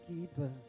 keeper